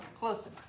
Close